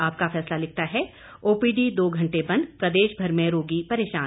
आपका फैसला लिखता है ओपीडी दो घंटे बंद प्रदेशभर में रोगी परेशान